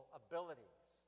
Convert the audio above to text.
abilities